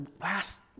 last